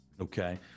Okay